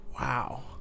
Wow